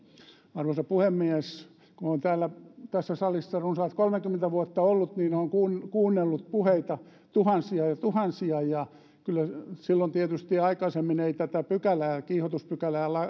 arvoisa puhemies kun olen tässä salissa runsaat kolmekymmentä vuotta ollut niin olen kuunnellut tuhansia ja tuhansia puheita ja silloin aikaisemmin ei tietysti tätä pykälää kiihotuspykälää